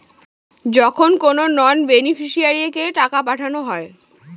যখন কোনো নন বেনিফিশিয়ারিকে টাকা পাঠানো হয়